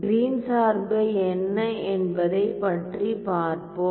green Green's சார்பு என்ன என்பதைப் பற்றி பார்ப்போம்